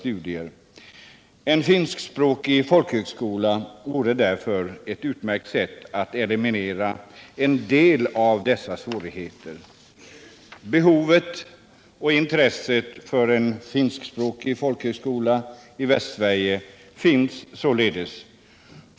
En finskspråkig folkhögskola vore därför ett utmärkt sätt att eliminera en del av dessa svårigheter. Behov och intresse för en finskspråkig folkhögskola i Västsverige finns således.